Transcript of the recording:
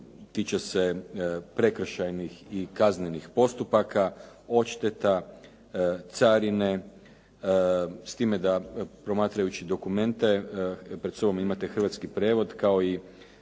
tiče prekršajnih i kaznenih postupaka, odšteta, carine, s time da promatrajući dokumente, pred sobom imate hrvatski prijevod kao i